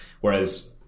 whereas